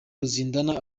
ruzindana